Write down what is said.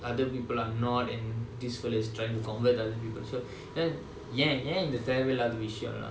other people are not and this fellow is trying to convert other people then ஏன் ஏன் இந்த தேவை இல்லாத விஷயம்:yaen yaen intha thevai illaatha vishayam lah